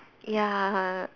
ya